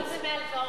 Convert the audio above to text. הכול זה מהלוואות.